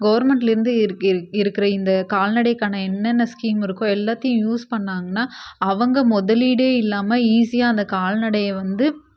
கவர்மெண்ட்லேருந்து இருக்கிற இந்த கால்நடைக்கான என்னென்ன ஸ்கீம் இருக்கோ எல்லாத்தையும் யூஸ் பண்ணிணாங்கன்னா அவங்க முதலீடே இல்லாமல் ஈஸியாக அந்த கால்நடையை வந்து